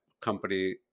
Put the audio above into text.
company